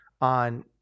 on